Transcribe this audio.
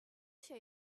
shape